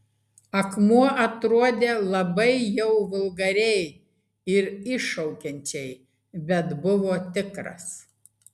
akmuo atrodė labai jau vulgariai ir iššaukiančiai bet buvo tikras